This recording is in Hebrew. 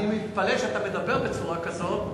אני מתפלא שאתה מדבר בצורה כזו,